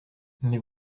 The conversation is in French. mes